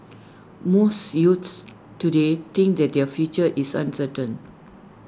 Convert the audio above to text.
most youths today think that their future is uncertain